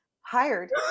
hired